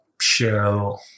show